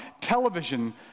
television